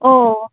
ఓ